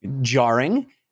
jarring